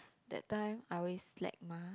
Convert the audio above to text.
that time I always slack mah